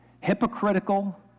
Hypocritical